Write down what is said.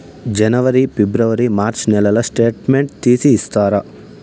జనవరి, ఫిబ్రవరి, మార్చ్ నెలల స్టేట్మెంట్ తీసి ఇస్తారా?